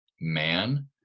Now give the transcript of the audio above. man